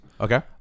okay